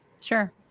Sure